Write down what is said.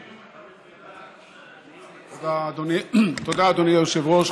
תודה, אדוני היושב-ראש.